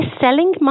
selling